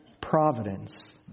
providence